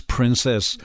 Princess